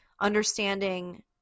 understanding